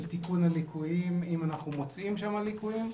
תיקון הליקויים אם אנחנו מוצאים שם ליקויים.